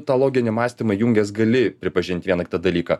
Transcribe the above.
tą loginį mąstymą įjungęs gali pripažint vieną kitą dalyką